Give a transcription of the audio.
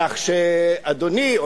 כך שאדוני,